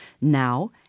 Now